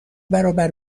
برابر